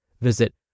Visit